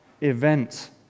event